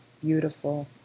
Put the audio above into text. beautiful